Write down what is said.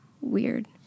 weird